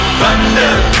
thunder